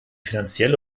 finanzielle